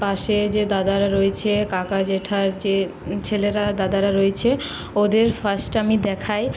পাশে যে দাদারা রয়েছে কাকা জ্যাঠার যে ছেলেরা দাদারা রয়েছে ওদের ফার্স্টে আমি দেখাই